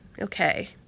Okay